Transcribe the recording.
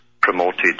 promoted